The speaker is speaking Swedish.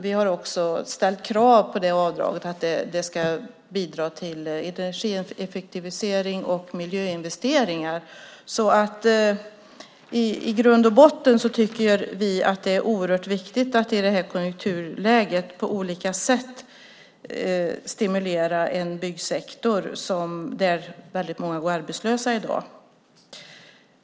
Vi har även ställt krav på avdraget att det ska bidra till energieffektivisering och miljöinvesteringar. I grund och botten tycker vi att det är oerhört viktigt att i det här konjunkturläget på olika sätt stimulera en byggsektor där så många går arbetslösa i dag.